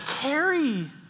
carry